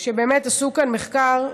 שבאמת עשו כאן מחקר,